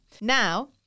Now